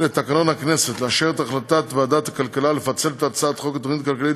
יושב-ראש ועדת הכלכלה, חבר הכנסת דוד ביטן.